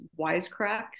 wisecracks